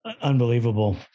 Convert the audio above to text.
unbelievable